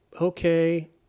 okay